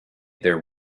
their